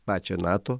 pačią nato